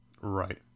Right